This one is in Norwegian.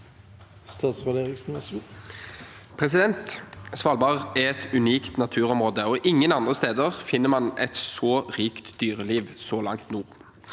Sval- bard er et unikt naturområde. Ingen andre steder finner man et så rikt dyreliv så langt nord.